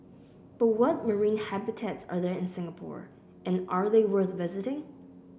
but what marine habitats are there in Singapore and are they worth visiting